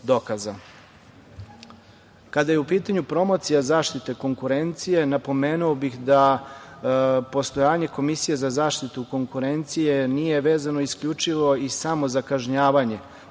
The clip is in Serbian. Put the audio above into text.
je upitanju promocija zaštite konkurencije, napomenuo bih da postojanje Komisije za zaštitu konkurencije nije vezano isključivo i samo za kažnjavanje,